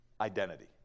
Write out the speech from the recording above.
identity